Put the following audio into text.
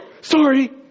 Sorry